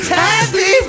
happy